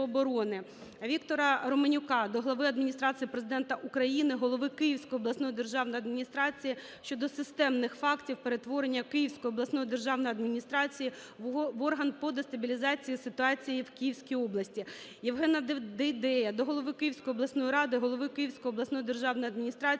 Віктора Романюка до глави Адміністрації Президента України, голови Київської обласної державної адміністрації щодо системних фактів перетворення Київської обласної державної адміністрації в орган по дестабілізації ситуації в Київській області. Євгена Дейдея до голови Київської обласної ради, голови Київської обласної державної адміністрації